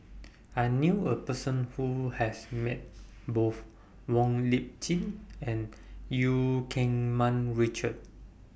I knew A Person Who has Met Both Wong Lip Chin and EU Keng Mun Richard